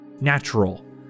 natural